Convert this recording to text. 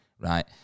right